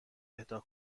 اهدا